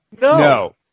No